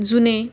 जुने